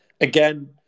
Again